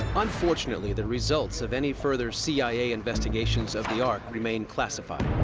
unfortunately, the results of any further cia investigations of the ark remain classified.